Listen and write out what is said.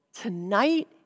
tonight